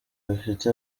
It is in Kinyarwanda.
bafite